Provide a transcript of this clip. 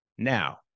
Now